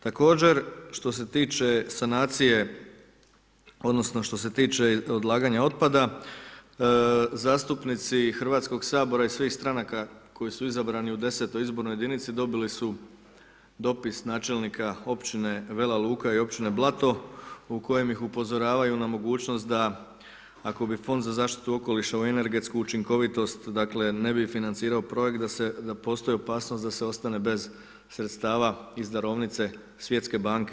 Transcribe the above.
Također što se tiče sanacije odnosno što se tiče odlaganja otpada, zastupnici Hrvatskog sabora i svih stranaka koji su izabrani u 10. izbornoj jedinici dobili su dopis načelnika Općine Vela Luka i Općine Blato u kojim ih upozoravaju na mogućnost da ako bi Fonda za zaštitu okoliša i energetsku učinkovitost ne bi financirao projekt da postoji opasnost da se ostane bez sredstava iz darovnice Svjetske banke.